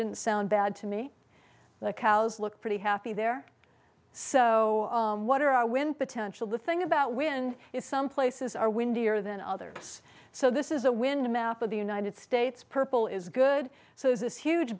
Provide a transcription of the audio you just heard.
didn't sound bad to me the cows looked pretty happy there so what are our wind potential the thing about wind is some places are windier than others so this is a wind map of the united states purple is good so there's this huge